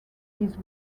his